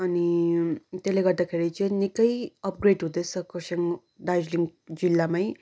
अनि त्यसले गर्दाखेरि चाहिँ निक्कै अपग्रेड हुँदैछ कर्सियङ दार्जिलिङ जिल्लामै